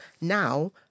Now